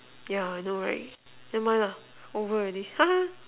yeah I know right never mind lah over already ha ha